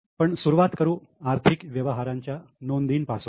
पण सुरुवात करू आर्थिक व्यवहारांच्या नोंदींपासून